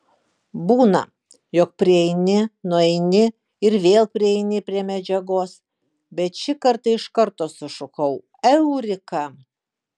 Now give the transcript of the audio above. būna jog prieini nueini ir vėl prieini prie medžiagos bet šį kartą iš karto sušukau eureka